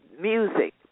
music